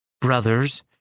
Brothers